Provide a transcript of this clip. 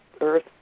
earth